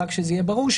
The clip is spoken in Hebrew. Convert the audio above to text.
שיהיה ברור,